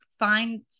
find